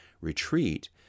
retreat